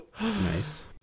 Nice